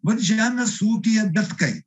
mat žemės ūkyje bet kaip